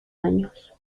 daños